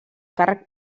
càrrec